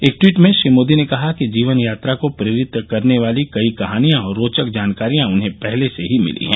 एक ट्वीट में श्री मोदी ने कहा कि जीवन यात्रा को प्रेरित करने वाली कई कहानियां और रोचक जानकारियां उन्हें पहले से ही मिली हैं